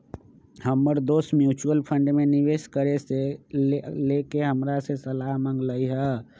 हमर दोस mutual fund में निवेश करे से लेके हमरा से सलाह मांगलय ह